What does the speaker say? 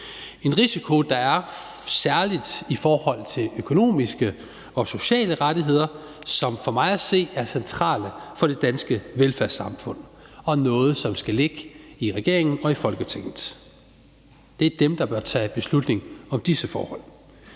en risiko, som der er særlig i forhold til økonomiske og sociale rettigheder, som for mig at se er centrale for det danske velfærdssamfund og noget, som skal ligge hos regeringen og Folketinget. Det er dem, der bør tage beslutning om disse forhold.